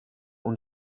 und